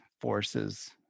forces